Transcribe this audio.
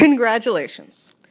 Congratulations